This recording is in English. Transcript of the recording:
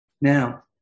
Now